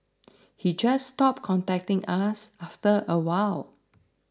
he just stopped contacting us after a while